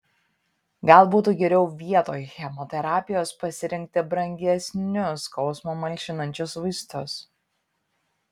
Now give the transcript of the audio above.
gal būtų geriau vietoj chemoterapijos pasirinkti brangesnius skausmą malšinančius vaistus